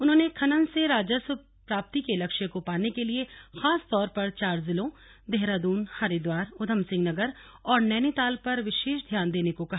उन्होंने खनन से राजस्व प्राप्ति के लक्ष्य को पाने के लिए खासतौर पर चार जिलों देहरादून हरिद्वार ऊधमसिंहनगर और नैनीताल पर विशेष ध्यान देने को कहा